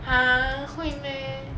!huh! 会 meh